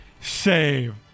Save